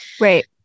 Right